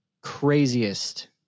craziest